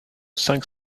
cinq